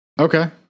Okay